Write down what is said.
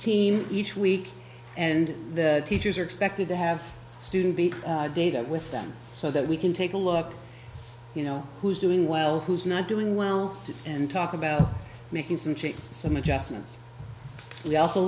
team each week and the teachers are expected to have student be data with them so that we can take a look you know who's doing well who's not doing well and talk about making some changes some adjustments we also